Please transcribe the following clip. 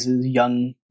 young